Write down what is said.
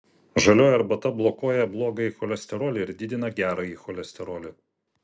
žalioji arbata blokuoja blogąjį cholesterolį ir didina gerąjį cholesterolį